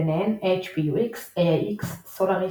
ביניהן AIX ,HP-UX, סולאריס,